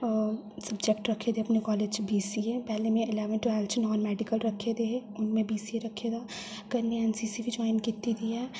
subject रक्खे दे अपने कालेज च बीएससी ऐ पैह्ले में इलेवन्थ ट्वेल्थ इच नान मेडिकल रक्खे दे हे हून मैं बीसीए रक्खे दा कन्नै एनसीसी बी ज्वाइन कीती दी ऐ